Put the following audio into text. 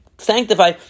Sanctify